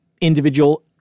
individual